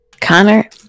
Connor